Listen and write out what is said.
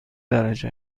درجه